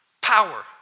power